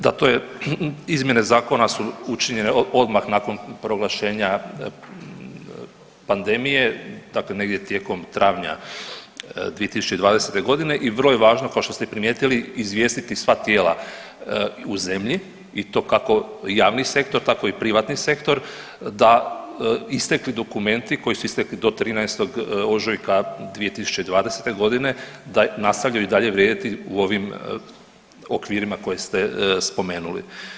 Da, to je, izmjene Zakona su učinjene odmah nakon proglašenja pandemije, dakle negdje tijekom travnja 2020. g. i vrlo je važno, kao što ste i primijetili, izvijestiti sva tijela u zemlji i to kako javni sektor, tako i privatni sektor da istekli dokumenti, koji su istekli do 13. ožujka 2020. g., da nastavljaju i dalje vrijediti u ovim okvirima koje ste spomenuli.